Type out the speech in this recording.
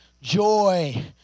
joy